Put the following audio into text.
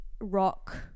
rock